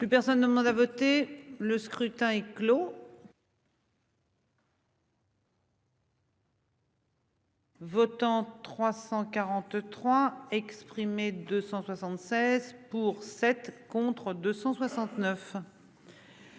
Plus personne ne m'en a voté le scrutin est clos. Votants 343 exprimés, 276 pour 7 contre 269.--